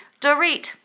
Dorit